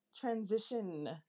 transition